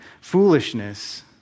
foolishness